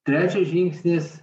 trečias žingsnis